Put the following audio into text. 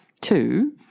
two